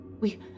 We-